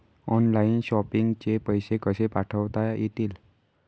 Online shopping चे पैसे कसे पाठवता येतील?